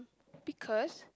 pickers